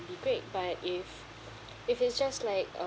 be great but if if it's just like